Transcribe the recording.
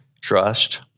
Trust